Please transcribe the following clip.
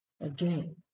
again